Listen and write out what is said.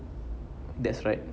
that's right